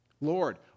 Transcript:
Lord